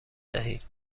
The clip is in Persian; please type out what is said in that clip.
دهید